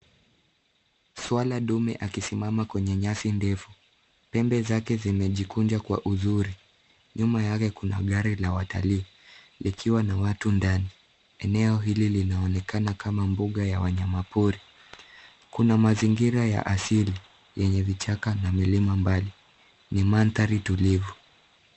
Swala ndume akisimama kwenye nyasi ndefu pembe zake zimejikunja kwa uzuri. Nyuma yake kuna gari la watalii likiwa na watu ndani. Eneo hili linaonekana kama mbuga ya wanyama pori. Kuna mazingira ya asili enye vichaka na milima mbali. Ni maandhari tulivu.